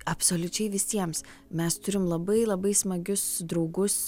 absoliučiai visiems mes turim labai labai smagius draugus